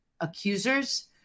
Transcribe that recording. accusers